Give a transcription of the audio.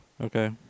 Okay